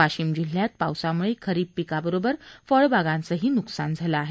वाशिम जिल्ह्यात पावसाम्ळे खरीप पिकाबरोबर फळबागांचंही न्कसान झालं आहे